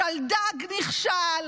השלדג נכשל,